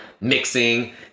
mixing